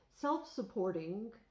self-supporting